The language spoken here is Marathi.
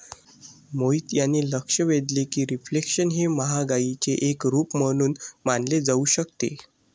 मोहित यांनी लक्ष वेधले की रिफ्लेशन हे महागाईचे एक रूप म्हणून मानले जाऊ शकते